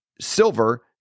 silver